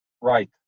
Right